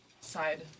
side